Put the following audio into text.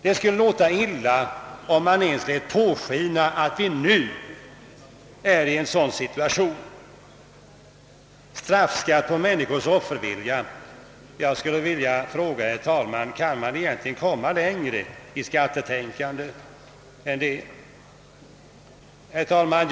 Det skulle låta illa om man ens lät påskina att vi nu är i en sådan situation. Straffskatt på människors offervilja! Kan man egentligen komma längre i skattetänkande? Herr talman!